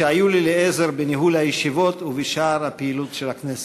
שהיו לי לעזר בניהול הישיבות ובשאר הפעילות של הכנסת.